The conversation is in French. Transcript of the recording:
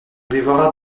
dévora